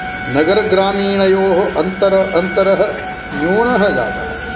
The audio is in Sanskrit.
नगरग्रामीणयोः अन्तरः अन्तरः न्यूनः जातः